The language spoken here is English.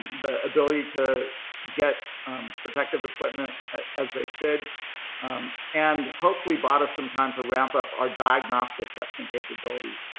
the ability to get protective equipment as they could and hopefully bought us some time to ramp up our diagnostic testing capabilities.